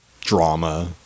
drama